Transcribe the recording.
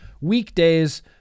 weekdays